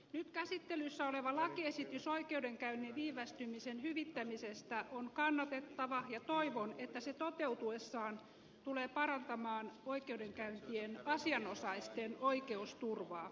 nyt käsittelyssä oleva lakiesitys oikeudenkäynnin viivästymisen hyvittämisestä on kannatettava ja toivon että se toteutuessaan tulee parantamaan oikeudenkäyntien asianosaisten oikeusturvaa